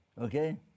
okay